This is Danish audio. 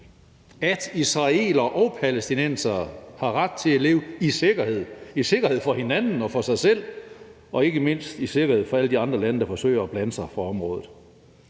at israelere og palæstinensere har ret til at leve i sikkerhed for hinanden og for sig selv og ikke mindst i sikkerhed for alle de andre lande, der forsøger at blande sig på området.